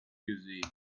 gesehen